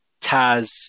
Taz